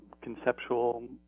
conceptual